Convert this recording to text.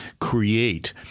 create